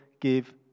give